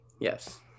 yes